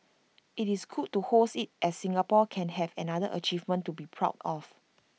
it's good to host IT as Singapore can have another achievement to be proud of